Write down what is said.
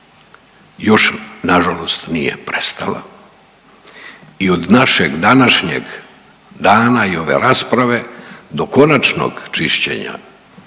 još nažalost nije prestala i od našeg današnjeg dana i ove rasprave do konačnog čišćenja